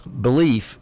belief